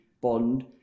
bond